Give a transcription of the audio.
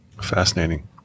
fascinating